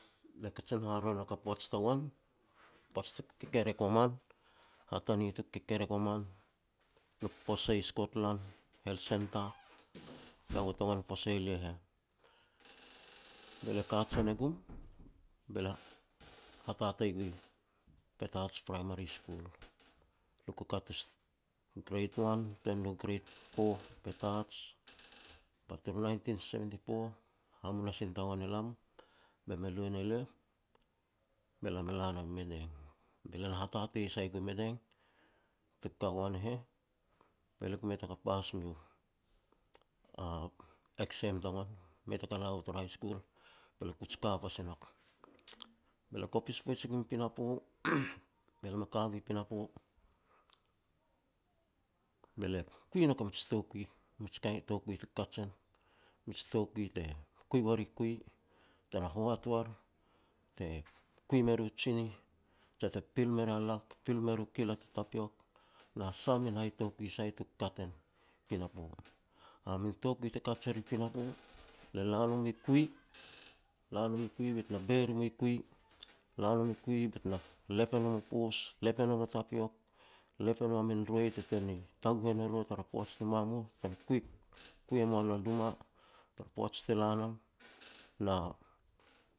Le kajin haharoi ne nouk poaj tagoan. Poaj tuku kekerek ua man hatani tuk kekerek ua man luk posei i Skotlan Health Centre, kaua tagoan posei e lia heh, be lia kajen e gum be lia hatatei gui Petats Primary School. Luku kat Grade one tuan nu Grade 4 Petats, ba turu Nineteen Seventy-four, hamunasin tagoan e lam be me lu e ne lia, be lam e la nam Madang, be lia hatatei sai gui Madang. Tuk ka uan e heh, be lia ku mei taka pass mui exam tagoan. Mei taka la u turu high school be lia kuj ka pasi nouk. Be lia kopis poij e gum pinapo be lia be ka gui pinapo, be lia kui e nouk a mij toukui, mij kain toukui tuk kaj en, mij toukui te kui ua ri kui, tena hoat war, te kui me ru tsinih, jia te pil me ria lak, te pil me ru kilak u tapiok, na sah min hai toukui sai tuku kat en pinapo. A min toukui te kat er i pinapo, le la nom i kui, la nom i kui bet na beir mue kui, la nom i kui bet na lep e nom u poos, lep e nom u tapiok, lep e nom min roi te tuan ni taguh e ne lo tara poaj ni mamur, te kui, te kui e mua lo a luma tara poaj te la nam na